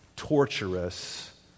torturous